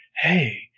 hey